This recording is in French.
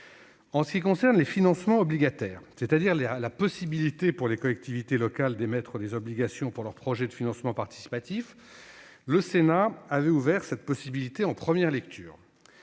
S'agissant des financements obligataires, c'est-à-dire de la possibilité offerte aux collectivités locales d'émettre des obligations pour leurs projets de financement participatif, le Sénat avait ouvert cette option en première lecture.